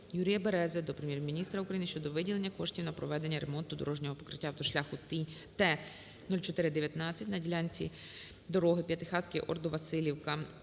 Юрія Берези до Прем'єр-міністра України щодо виділення коштів на проведення ремонту дорожнього покриття автошляху Т 0419 на ділянці дорогиП'ятихатки-Ордо-Василівка